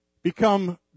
Become